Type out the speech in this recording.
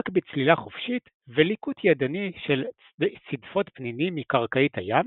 בצלילה חופשית וליקוט ידני של צדפות פנינים מקרקעית הים